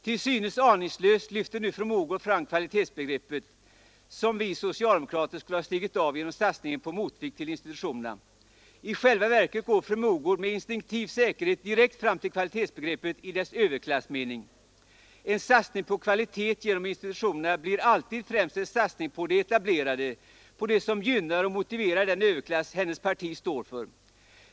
Till synes aningslöst lyfter nu fru Mogård fram kvalitetsbegreppet som vi socialdemokrater skulle ha stigit av ifrån genom satsningen på en motvikt till institutionerna. I själva verket går fru Mogård med instinktiv säkerhet direkt fram till kvalitetsbegreppet i dess överklassmening. En satsning på ”kvalitet” genom institutionerna blir alltid främst en satsning på det etablerade, på det som gynnar och motiverar den överklass hennes parti står för.